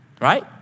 right